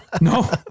No